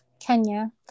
Kenya